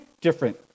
different